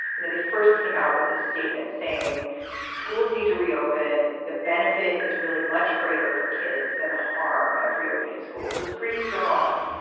you know, they first came out with this statement saying schools need to reopen. the benefit is really much greater for kids than the harm of reopening schools was pretty strong.